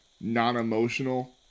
non-emotional